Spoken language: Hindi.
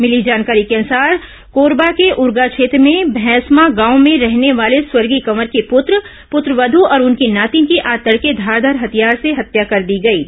भिली जानकारी के अनुसार कोरबा के उरगा क्षेत्र में भैसमागांव में रहने वाले स्वर्गीय कंवर के पुत्र पुत्रवध् और उनकी नातिन की आज तड़के धारदार हथियार से हत्या कर दी गई है